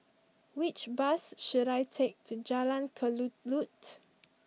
which bus should I take to Jalan Kelulut